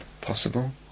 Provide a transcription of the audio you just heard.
possible